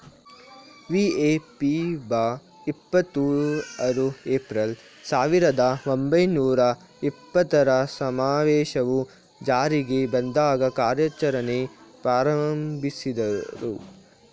ವಿ.ಐ.ಪಿ.ಒ ಇಪ್ಪತ್ತು ಆರು ಏಪ್ರಿಲ್, ಸಾವಿರದ ಒಂಬೈನೂರ ಎಪ್ಪತ್ತರ ಸಮಾವೇಶವು ಜಾರಿಗೆ ಬಂದಾಗ ಕಾರ್ಯಾಚರಣೆ ಪ್ರಾರಂಭಿಸಿದ್ರು